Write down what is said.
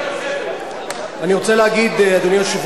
קדנציה נוספת.